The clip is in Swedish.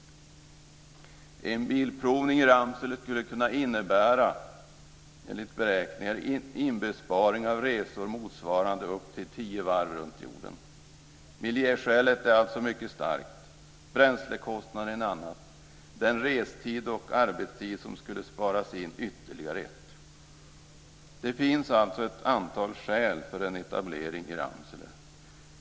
En bilprovning i Ramsele skulle enligt beräkningar kunna innebära inbesparingar av resor motsvarande upp till tio varv runt jorden. Miljöskälet är alltså mycket starkt. Bränslekostnaderna är ett annat skäl. Den restid och arbetstid som skulle sparas in är ytterligare ett skäl. Det finns alltså ett antal skäl för en etablering i Ramsele.